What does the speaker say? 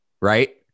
right